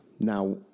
now